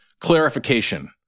clarification